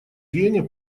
вене